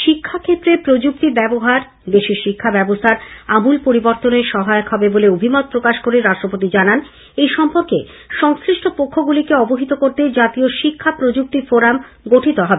শিক্ষাক্ষেত্রে প্রযুক্তি ব্যবহার দেশে শিক্ষা ব্যবস্থার আমূল পরিবর্তনে সহায়ক হবে বলে অভিমত প্রকাশ করে রাষ্ট্রপতি জানান এ সম্পর্কে সংশ্লিষ্ট পক্ষগুলিকে অবহিত করতে জাতীয় শিক্ষা প্রযুক্তি ফোরাম গঠিত হবে